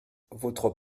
votre